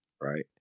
right